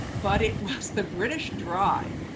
but it was the british drive.